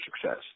success